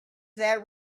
that